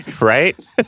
right